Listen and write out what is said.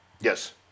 Yes